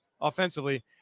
offensively